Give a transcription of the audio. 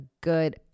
good